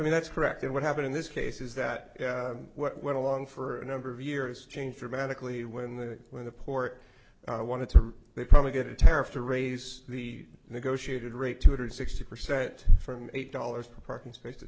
i mean that's correct and what happened in this case is that what went along for a number of years changed dramatically when the when the port wanted to they probably get a tariff to raise the negotiated rate two hundred sixty percent from eight dollars per parking space to